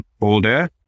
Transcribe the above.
older